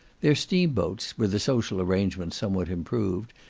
their steam-boats, were the social arrangements somewhat improved,